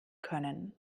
können